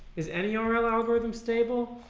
is any um rl algorithm stable